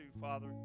Father